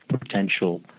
potential